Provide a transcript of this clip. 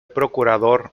procurador